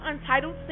untitled